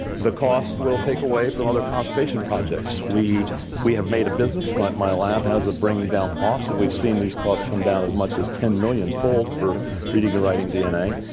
the cost will take away from other conservation projects. we can we have made a business, like my lab has, of bringing down costs. and we've seen these costs come down as much as ten million-fold for reading and writing dna.